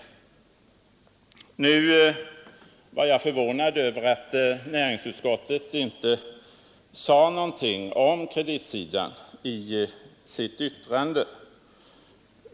Torsdagen den Nu var jag förvånad över att näringsutskottet inte nämnde någonting 1 mars 1973 om kreditsidan i sitt yttrande.